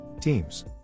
teams